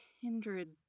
kindred